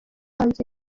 hanze